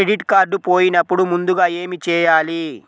Credit card పోయినపుడు ముందుగా ఏమి చేయాలి?